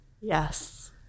Yes